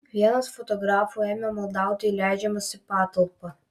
vienas fotografų ėmė maldauti įleidžiamas į patalpą